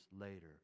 later